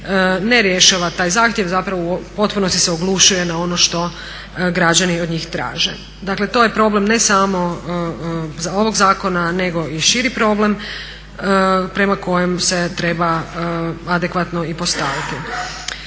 ne rješava taj zahtjev, zapravo u potpunosti se oglušuje na ono što građani od njih traže. Dakle to je problem ne samo ovog zakona nego i širi problem prema kojem se treba adekvatno i postaviti.